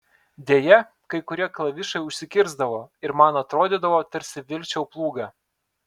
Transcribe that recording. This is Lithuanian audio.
deja kai kurie klavišai užsikirsdavo ir man atrodydavo tarsi vilkčiau plūgą